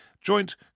Joint